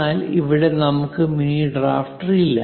എന്നാൽ ഇവിടെ നമുക്ക് മിനി ഡ്രാഫ്റ്റർ ഇല്ല